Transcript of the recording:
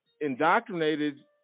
indoctrinated